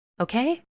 okay